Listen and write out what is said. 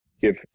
give